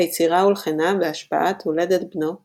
היצירה הולחנה בהשפעת הולדת בנו פיטר.